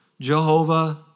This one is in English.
Jehovah